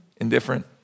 indifferent